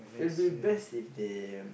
it'll be best if they